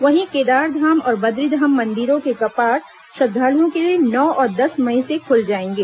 वहीं केदारधाम और बद्रीधाम मंदिरों के कपाट श्रद्धालुओं के लिए नौ और दस मई से खुल जाएंगे